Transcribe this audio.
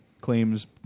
claims